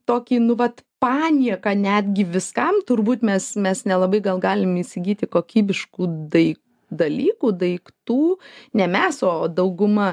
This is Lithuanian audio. tokį nu vat panieką netgi viskam turbūt mes mes nelabai gal galim įsigyti kokybiškų dai dalykų daiktų ne mes o dauguma